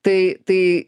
tai tai